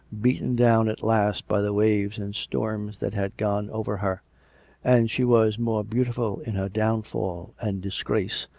beaten down at last by the waves and storms that had gone over her and she was more beautiful in her downfall and disgrace,